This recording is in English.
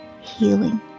healing